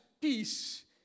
peace